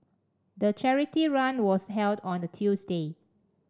the charity run was held on a Tuesday